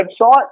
website